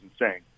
insane